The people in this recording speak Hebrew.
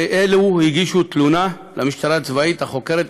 ואלו הגישו תלונה למשטרה הצבאית החוקרת,